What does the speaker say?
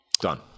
Done